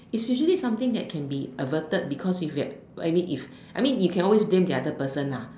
it's usually something that can be averted because if you had I mean if I mean you can always blame the other person lah